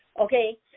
Okay